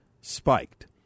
spiked